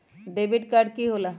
Debit card की होला?